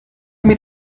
mir